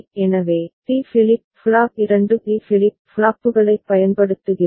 எனவே D flip flop 2 D flip ஃப்ளாப்புகளைப் பயன்படுத்துகிறோம்